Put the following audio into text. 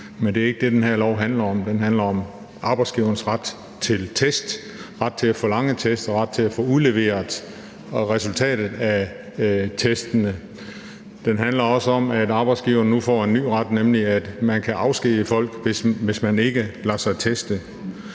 Men det er ikke det, det her lovforslag handler om. Det handler om arbejdsgiverens ret til test, ret til at forlange test og ret til at få udleveret resultatet af testene. Det handler også om, at arbejdsgiverne nu får en ny ret, nemlig at de kan afskedige folk, hvis man ikke lader sig teste.